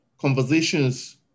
conversations